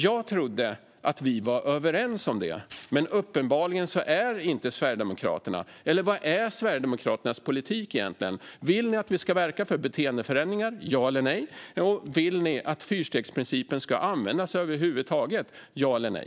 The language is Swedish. Jag trodde att vi var överens om det, men uppenbarligen är inte Sverigedemokraterna överens med oss. Vad är Sverigedemokraternas politik egentligen? Vill ni att vi ska verka för beteendeförändringar - ja eller nej? Vill ni att fyrstegsprincipen ska användas över huvud taget - ja eller nej?